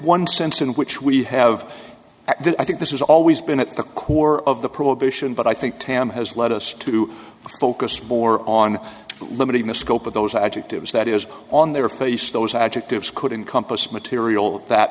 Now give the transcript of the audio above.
one sense in which we have that then i think this is always been at the core of the prohibition but i think tam has led us to focus more on limiting the scope of those adjectives that is on their place those adjectives could encompass material that